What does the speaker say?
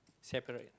separate